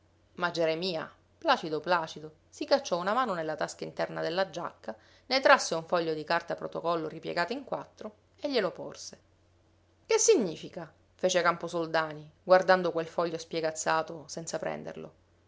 ma geremia placido placido si cacciò una mano nella tasca interna della giacca ne trasse un foglio di carta protocollo ripiegato in quattro e glielo porse che significa fece camposoldani guardando quel foglio spiegazzato senza prenderlo